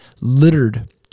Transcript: littered